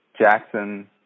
Jackson